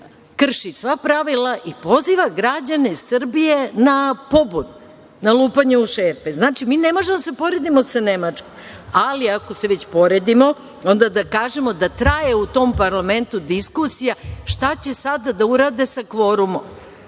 krši sva pravila i poziva građane Srbije na pobunu, na lupanje u šerpe. Znači, mi ne možemo da se poredimo sa Nemačkom. Ali, ako se već poredimo, onda da kažemo da traje u tom parlamentu diskusija šta će sada da urade sa kvorumom.